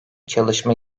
çalışma